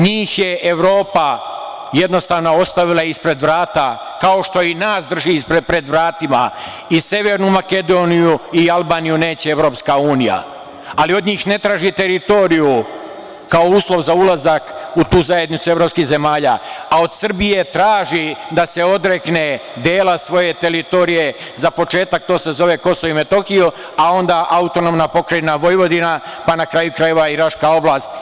Njih je Evropa, jednostavno, ostavila ispred vrata, kao što i nas drži pred vratima, i Severnu Makedoniju i Albaniju neće EU, ali od njih ne traži teritoriju kao uslov za ulazak u tu zajednicu evropskih zemalja, a od Srbije traži da se odrekne dela svoje teritorije, za početak, to se zove KiM, a onda AP Vojvodina, pa na kraju krajeva i Raška oblast.